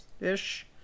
ish